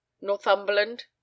Northumberland